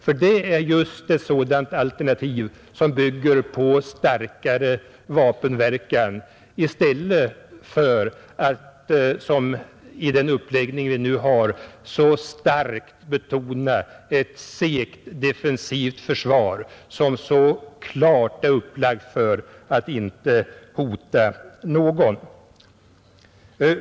Det är nämligen just ett sådant alternativ som bygger på starkare vapenverkan, medan den uppläggning vi nu har starkt betonar ett segt defensivt försvar, som så klart är upplagt för att inte hota någon.